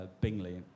Bingley